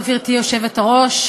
גברתי היושבת-ראש,